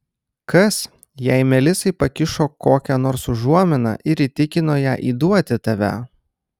kas jei melisai pakišo kokią nors užuominą ir įtikino ją įduoti tave